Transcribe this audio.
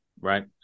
right